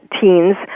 teens